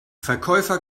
verkäufer